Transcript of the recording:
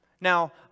Now